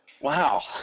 wow